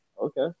Okay